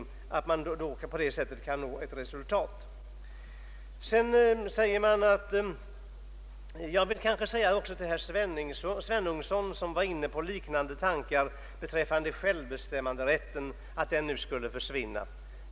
Herr Svenungsson var inne på liknande tankar, nämligen att självbestämmanderätten nu skulle försvinna.